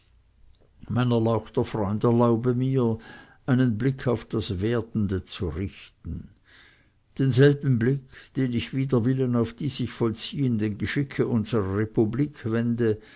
mein erlauchter freund erlaube mir einen blick auf das werdende zu richten denselben blick den ich wider willen auf die sich vollziehenden geschicke unsrer republik wende